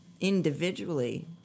individually